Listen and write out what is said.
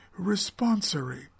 Responsory